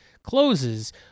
closes